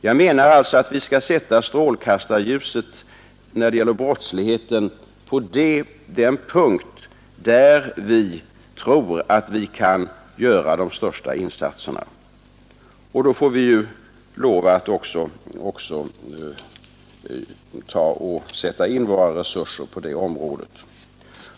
Jag menar alltså att vi när det gäller brottsligheten skall sätta strålkastarljuset på den punkt där vi tror att vi kan göra de största insatserna. Då får vi lov att också sätta in våra resurser på det området.